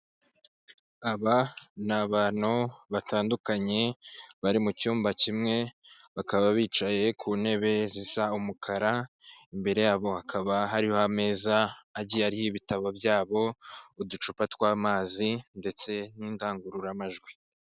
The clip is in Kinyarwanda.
Aba ni abantu batandukanye bari mu cyumba kimwe, bakaba bicaye ku ntebe zisa umukara, imbere yabo hakaba hariho ameza agiye ariho ibitabo byabo, uducupa tw'amazi ndetse n'indangururamajwi.